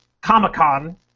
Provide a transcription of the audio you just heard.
Comic-Con